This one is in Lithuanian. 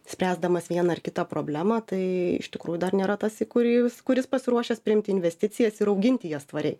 spręsdamas vieną ar kitą problemą tai iš tikrųjų dar nėra tas į kurį kuris pasiruošęs priimt investicijas ir auginti jas tvariai